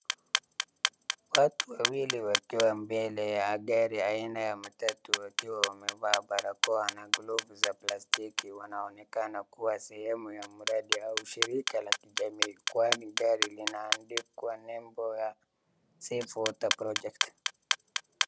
Watu wawili wakiwa mbele ya gari aina ya matatu wakiwa wamevaa barakoa na glovu za plastiki. Wanaonekana kua sehemu ya mradi au shirika la kijamii kwani gari linaandikwa nembo la safe for water project .